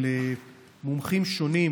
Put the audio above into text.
של מומחים שונים,